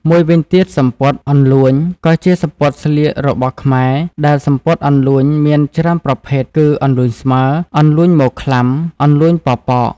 មួយវិញទៀតសំពត់ «អន្លូញ» ក៏ជាសំពត់ស្លៀករបស់ខ្មែរដែរសំពត់អន្លូញមានច្រើនប្រភេទគឺ អន្លូញស្មើ, អន្លូញមក្លាំ, អន្លូញប៉ប៉ក។